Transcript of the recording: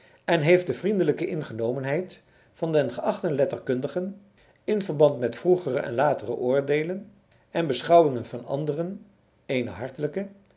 en heeft de vriendelijke ingenomenheid van den geachten letterkundige in verband met vroegere en latere oordeelen en beschouwingen van anderen eene hartelijke